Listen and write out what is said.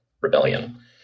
rebellion